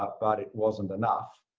ah but it wasn't enough.